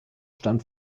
stammt